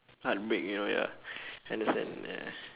heartbreak and all ya I understand ya